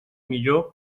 millor